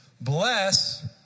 Bless